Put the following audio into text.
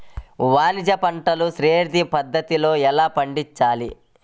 వాణిజ్య పంటలు సేంద్రియ పద్ధతిలో ఎలా పండించాలి?